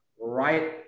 right